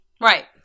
Right